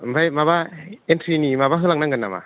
ओमफाय माबा इनथ्रिनि माबा होलांनांगोन नामा